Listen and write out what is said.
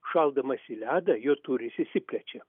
šaudamas į ledą jų tūris išsiplečia